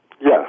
Yes